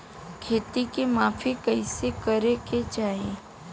खेत के माफ़ी कईसे करें के चाही?